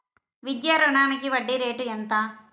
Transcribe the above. విద్యా రుణానికి వడ్డీ రేటు ఎంత?